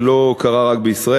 זה לא קרה רק בישראל,